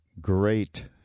great